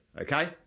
okay